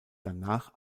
danach